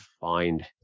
find